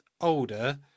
older